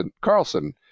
Carlson